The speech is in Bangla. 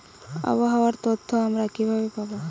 আবহাওয়ার তথ্য আমরা কিভাবে পাব?